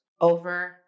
over